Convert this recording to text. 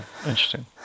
interesting